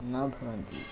न भवन्ति